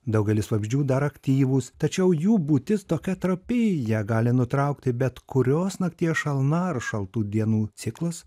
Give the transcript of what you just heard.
daugelis vabzdžių dar aktyvūs tačiau jų būtis tokia trapi ją gali nutraukti bet kurios nakties šalna ar šaltų dienų ciklas